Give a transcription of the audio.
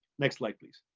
next slide please.